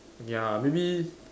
ya maybe